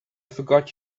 forgot